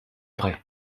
vrai